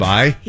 Bye